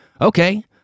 Okay